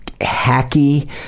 hacky